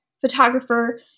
Photographer